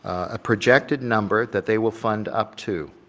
a projected number that they will fund up to,